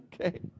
Okay